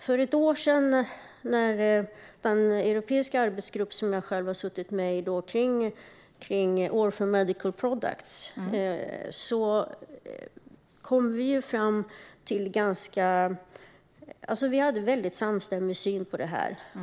För ett år sedan, när jag satt med i en europeisk arbetsgrupp kring orphan medical products, hade vi en väldigt samstämmig syn på detta.